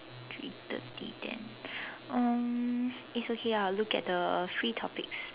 three thirty then um it's okay I'll look at the free topics